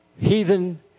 heathen